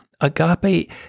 Agape